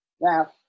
Now